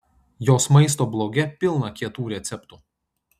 jos maisto bloge pilna kietų receptų